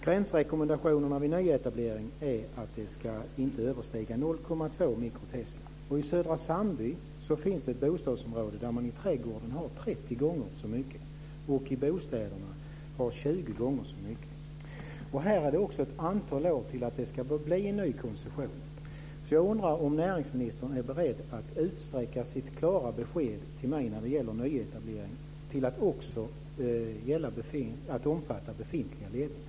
Gränsrekommendationerna vid nyetablering är att strålningen inte ska överstiga 0,2 mikrotesla. I Södra Sandby finns det ett bostadsområde där man i trädgården har 30 gånger och i bostäderna 20 gånger så hög strålning. Här är det också ett antal år tills det blir en ny koncession. Jag undrar om näringsministern är beredd att utsträcka sitt klara besked till mig när det gäller nyetablering till att också omfatta befintliga ledningar.